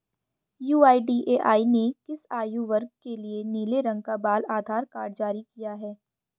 UIDAI ने किस आयु वर्ग के लिए नीले रंग का बाल आधार कार्ड जारी किया है?